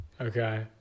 Okay